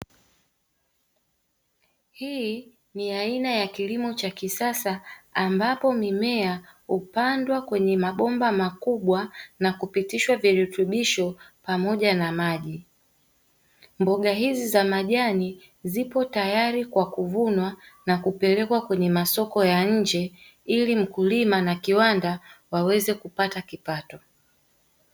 Hii ni aina ya kilimo cha kisasa ambapo mimea hupandwa kwenye mabomba makubwa, na kupitishwa virutubisho pamoja na maji. Mboga hizi za majani zipo tayari kwa kuvunwa na kupelekwa kwenye masoko ya nje, ili mkulima na kiwanda waweze kupata kipato.